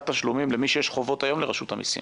תשלומים למי שיש לו חובות היום לרשות המיסים,